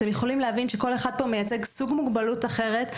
אתם יכולים להבין שכל אחד פה מייצג סוג מוגבלות אחרת.